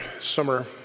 summer